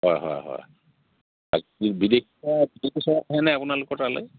হয় হয় হয় বাকী বিদেশী চৰাই বিদেশী চৰাই আহেনে আপোনালোকৰ তালৈ